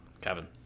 Kevin